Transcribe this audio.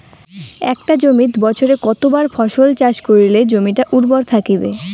একটা জমিত বছরে কতলা ফসল চাষ করিলে জমিটা উর্বর থাকিবে?